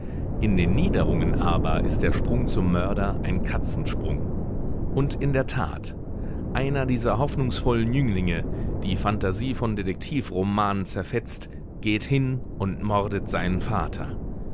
in den niederungen aber ist der sprung zum mörder ein katzensprung und in der tat einer dieser hoffnungsvollen jünglinge die phantasie von detektivromanen zerfetzt geht hin und mordet seinen vater